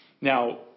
Now